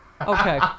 Okay